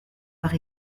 par